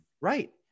right